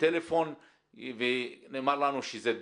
בטלפון ונאמר לנו שזה דו.